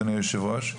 אדוני היושב-ראש,